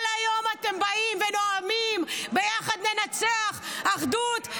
כל היום אתם באים ונואמים: ביחד ננצח, אחדות.